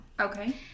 Okay